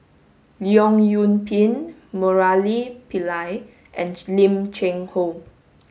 Leong Yoon Pin Murali Pillai and Lim Cheng Hoe